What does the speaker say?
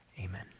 amen